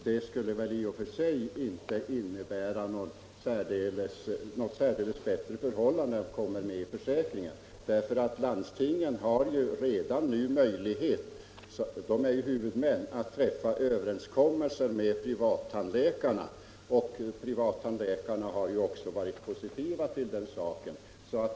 Det skulle väl i och för sig inte innebära något särdeles mycket bättre förhållande att komma med i försäkringen. Landstingen, som är huvudmän, har redan nu möjlighet att träffa överenskommelse med privattandläkarna. Privattandläkarna har också varit positiva till den saken.